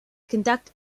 conduct